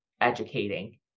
educating